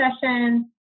session